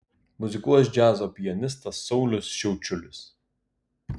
muzikuos džiazo pianistas saulius šiaučiulis